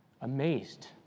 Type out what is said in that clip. amazed